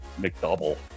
McDouble